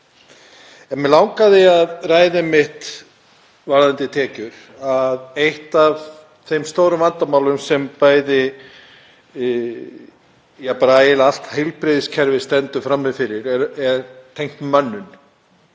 En mig langaði að ræða varðandi tekjur að eitt af þeim stóru vandamálum sem eiginlega allt heilbrigðiskerfið stendur frammi fyrir er tengt mönnun.